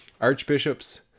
archbishops